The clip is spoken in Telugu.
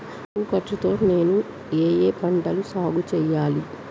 తక్కువ ఖర్చు తో నేను ఏ ఏ పంటలు సాగుచేయాలి?